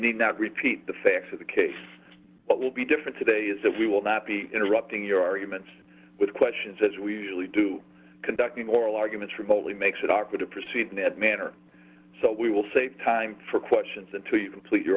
need not repeat the facts of the case what will be different today is that we will not be interrupting your arguments with questions as we usually do conducting oral arguments from holy makes it awkward to proceed in that manner so we will save time for questions until you complete your